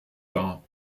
dar